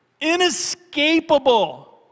inescapable